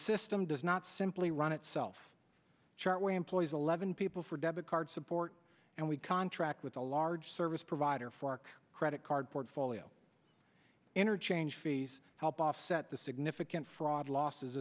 system does not simply run itself chart way employees eleven people for debit card support and we contract with a large service provider for our credit card portfolio interchange fees help offset the significant fraud losses